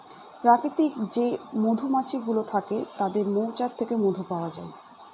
প্রাকৃতিক যে মধুমাছি গুলো থাকে তাদের মৌচাক থেকে মধু পাওয়া যায়